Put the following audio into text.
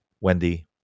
Wendy